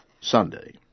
Sunday